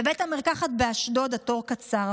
בבית המרקחת באשדוד התור קצר,